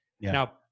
Now